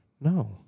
No